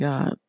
God